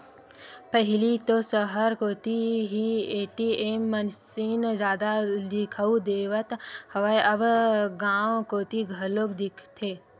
पहिली तो सहर कोती ही ए.टी.एम मसीन जादा दिखउल देवत रहय अब गांव कोती घलोक दिखथे